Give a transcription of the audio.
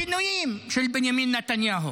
שינויים של בנימין נתניהו.